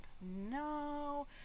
no